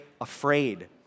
afraid